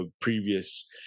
previous